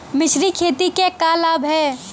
मिश्रित खेती क का लाभ ह?